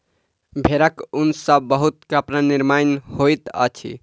भेड़क ऊन सॅ बहुत कपड़ा निर्माण होइत अछि